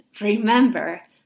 remember